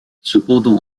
cependant